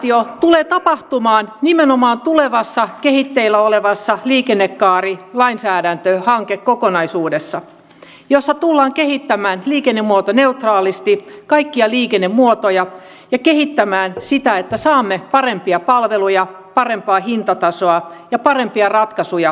koordinaatio tulee tapahtumaan nimenomaan tulevassa kehitteillä olevassa liikennekaarilainsäädäntöhankekokonaisuudessa jossa tullaan kehittämään liikennemuotoneutraalisti kaikkia liikennemuotoja ja kehittämään sitä että saamme parempia palveluja parempaa hintatasoa ja parempia ratkaisuja koko suomeen